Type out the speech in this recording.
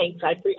thanks